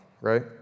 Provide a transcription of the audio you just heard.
right